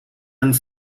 and